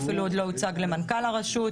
הוא אפילו עוד לא הוצג למנכ"ל הרשות,